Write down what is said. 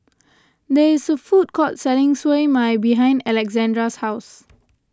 there is a food court selling Siew Mai behind Alessandra's house